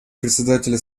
председателя